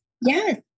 Yes